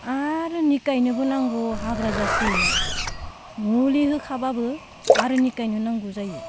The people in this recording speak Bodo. आरो निकायनोबो नांगौ हाग्रा जासोयो ना मुलि होखाब्लाबो आरो निकायनो नांगौ जायो